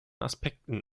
aspekten